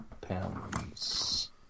pounds